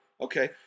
Okay